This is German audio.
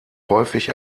häufig